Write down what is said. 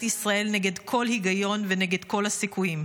ישראל נגד כל היגיון ונגד כל הסיכויים.